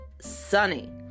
Sunny